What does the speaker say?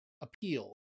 appeal